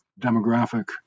demographic